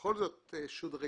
בכל זאת שודרגה.